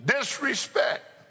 disrespect